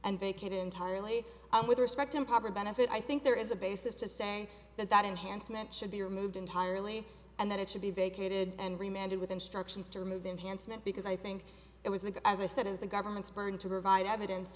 and vacate entirely on with respect improper benefit i think there is a basis to say that that enhancement should be removed entirely and that it should be vacated and remanded with instructions to remove the enhanced not because i think it was a good as i said as the government's burned to provide evidence